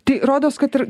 tik rodos kad ir